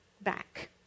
back